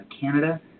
Canada